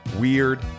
Weird